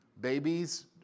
Babies